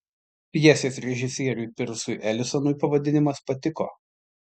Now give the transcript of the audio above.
pjesės režisieriui pirsui elisonui pavadinimas patiko